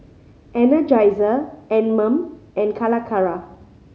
Energizer Anmum and Calacara